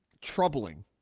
troubling